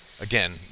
Again